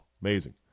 Amazing